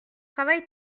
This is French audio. travail